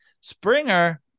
Springer